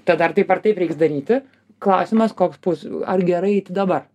tada ar taip ar taip reiks daryti klausimas koks bus ar gerai eiti dabar